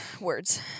Words